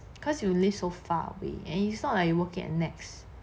cause you live so far away and it's not like you work at NEX